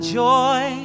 joy